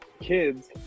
kids